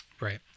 right